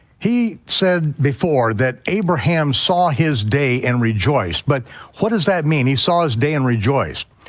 he said before that abraham saw his day and rejoiced, but what does that mean, he saw his day and rejoiced?